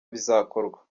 bizakorwa